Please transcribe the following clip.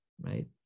right